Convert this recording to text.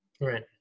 Right